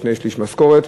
לשני-שלישי משכורת.